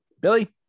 billy